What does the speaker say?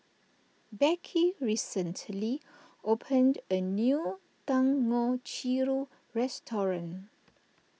Beckie recently opened a new Dangojiru restaurant